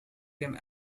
them